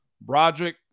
Broderick